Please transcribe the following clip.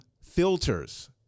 filters